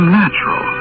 natural